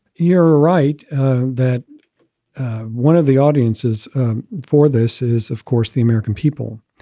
you're right that one of the audiences for this is, of course, the american people.